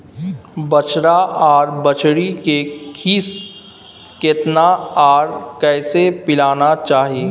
बछरा आर बछरी के खीस केतना आर कैसे पिलाना चाही?